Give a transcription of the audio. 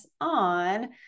on